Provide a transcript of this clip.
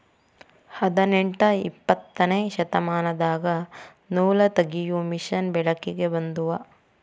ಹದನೆಂಟ ಇಪ್ಪತ್ತನೆ ಶತಮಾನದಾಗ ನೂಲತಗಿಯು ಮಿಷನ್ ಬೆಳಕಿಗೆ ಬಂದುವ